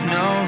no